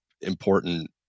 important